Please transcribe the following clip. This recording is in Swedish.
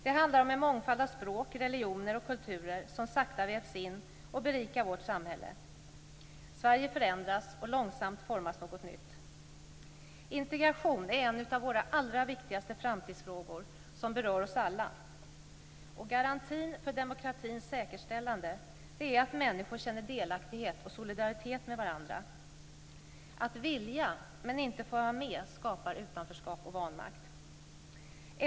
Det handlar om en mångfald av språk, religioner och kulturer som sakta vävs in och berikar vårt samhälle. Sverige förändras, och långsamt formas något nytt. Integration är en av våra allra viktigaste framtidsfrågor som berör oss alla. Garantin för demokratins säkerställande är att människor känner delaktighet och solidaritet med varandra. Att vilja men inte få vara med skapar utanförskap och vanmakt.